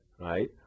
right